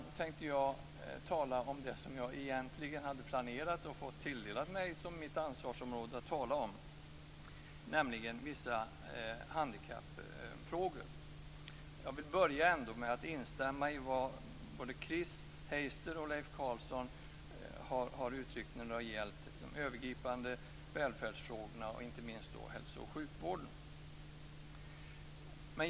Nu tänkte jag tala om det som jag hade planerat och fått mig tilldelat som ansvarsområde att tala om, nämligen vissa handikappfrågor. Jag vill ändå börja med att instämma i vad Chris Heister och Leif Carlson har uttryckt när det gäller de övergripande välfärdsfrågorna, och inte minst hälso och sjukvården.